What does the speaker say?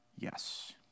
yes